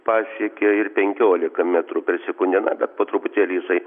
pasiekė ir penkiolika metrų per sekundę na bet po truputėlį jisai